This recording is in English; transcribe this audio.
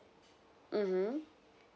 mmhmm